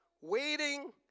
Waiting